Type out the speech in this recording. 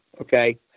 okay